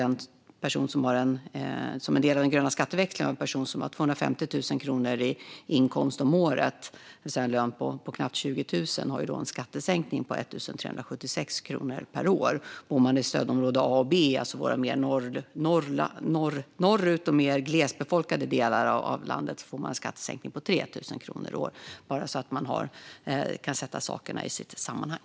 En person med en inkomst på 250 000 kronor om året, det vill säga en månadslön på knappt 20 000, får då med den gröna skatteväxlingen en skattesänkning på 1 376 kronor per år. Bor man i stödområde A eller B, alltså norrut och i mer glesbefolkade delar av landet, får man en skattesänkning på 3 000 kronor per år - bara så att saker kan sättas i sitt sammanhang.